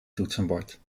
toetsenbord